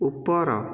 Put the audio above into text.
ଉପର